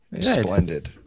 Splendid